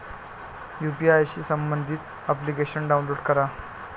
UPI शी संबंधित application download करा